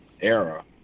era